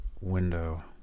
window